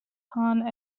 han